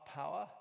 power